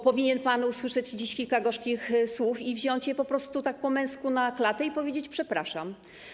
Powinien pan usłyszeć dziś kilka gorzkich słów, wziąć je po prostu po męsku na klatę i powiedzieć: przepraszam.